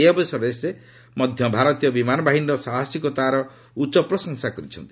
ଏହି ଅବସରରେ ସେ ମଧ୍ୟ ଭାରତୀୟ ବିମାନ ବାହିନୀର ସାହସିକତାର ଉଚ୍ଚ ପ୍ରଶଂସା କରିଛନ୍ତି